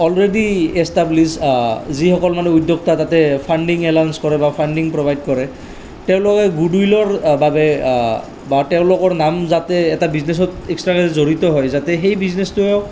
already established যিসকল মানে উদ্যোগতা তাতে ফাণ্ডিং এলাউঞ্চ কৰে বা ফাণ্ডিং প্ৰভাইড কৰে তেওঁলোকে গুড উইলৰ বাবে বা তেওঁলোকৰ নাম যাতে এটা বিজনেছত এক্সট্ৰাকৈ জড়িত হয় যাতে সেই বিজনেছটো